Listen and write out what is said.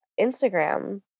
Instagram